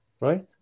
right